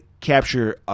capture